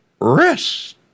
rest